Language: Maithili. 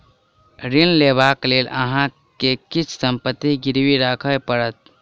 ऋण लेबाक लेल अहाँ के किछ संपत्ति गिरवी राखअ पड़त